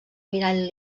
mirall